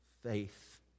faith